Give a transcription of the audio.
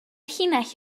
llinell